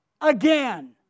again